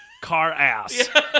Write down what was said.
Car-ass